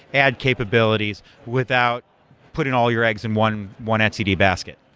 add capabilities without putting all your eggs in one one etcd basket.